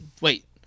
wait